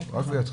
לא, רק בידכם.